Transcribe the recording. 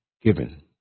given